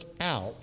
out